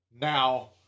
now